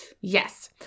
Yes